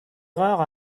rares